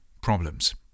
problems